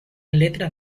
letras